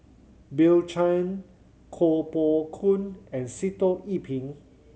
Bill Chen Koh Poh Koon and Sitoh Yih Pin